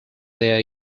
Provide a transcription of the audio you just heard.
their